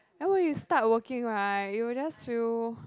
then when you start working right you will just feel